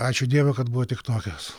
ačiū dievui kad buvo tik tokios